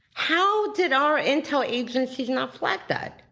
how did our intel agencies not flag that?